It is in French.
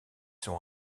sont